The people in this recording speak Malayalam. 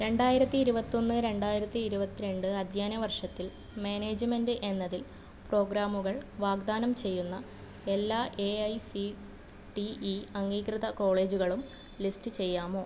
രണ്ടായിരത്തി ഇരുപത്തൊന്ന് രണ്ടായിരത്തി ഇരുപത്തിരണ്ട് അദ്ധ്യയന വർഷത്തിൽ മാനേജ്മെൻ്റ് എന്നതിൽ പ്രോഗ്രാമുകൾ വാഗ്ദാനം ചെയ്യുന്ന എല്ലാ A I C T E അംഗീകൃത കോളേജുകളും ലിസ്റ്റ് ചെയ്യാമോ